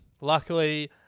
Luckily